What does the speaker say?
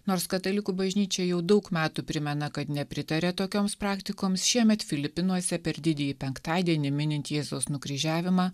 nors katalikų bažnyčia jau daug metų primena kad nepritaria tokioms praktikoms šiemet filipinuose per didįjį penktadienį minint jėzaus nukryžiavimą